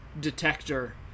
detector